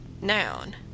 Noun